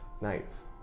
nights